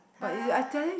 !huh!